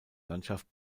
landschaft